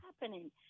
happening